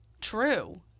True